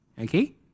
okay